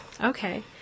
okay